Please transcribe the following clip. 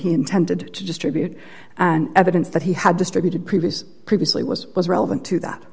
he intended to distribute and evidence that he had distributed previous previously was was relevant to that